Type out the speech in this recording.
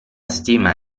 stima